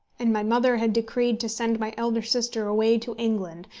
and my mother had decreed to send my elder sister away to england,